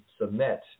submit